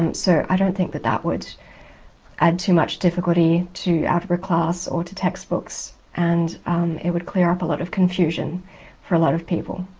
um so i don't think that that would add too much difficulty to algebra class or to textbooks, and it would clear up a lot of confusion for a lot of people.